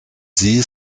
zee